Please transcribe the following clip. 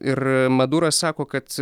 ir maduras sako kad